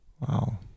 Wow